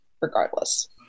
regardless